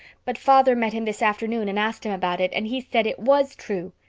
but father met him this afternoon and asked him about it and he said it was true.